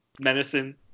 medicine